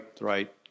right